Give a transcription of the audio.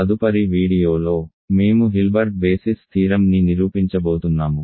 తదుపరి వీడియోలో మేము హిల్బర్ట్ బేసిస్ థీరం ని నిరూపించబోతున్నాము